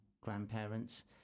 grandparents